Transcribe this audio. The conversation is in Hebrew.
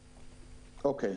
אוקיי.